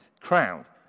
crowned